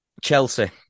Chelsea